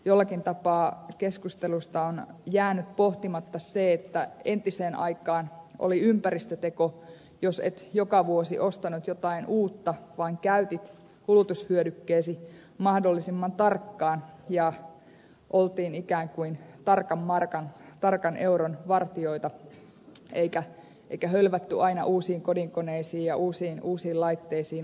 jollakin tapaa keskustelussa on jäänyt pohtimatta se että entiseen aikaan oli ympäristöteko jos et joka vuosi ostanut jotain uutta vaan käytit kulutushyödykkeesi mahdollisimman tarkkaan ja oltiin ikään kuin tarkan markan tarkan euron vartijoita eikä hölvätty aina uusiin kodinkoneisiin ja uusiin laitteisiin uusiin autoihin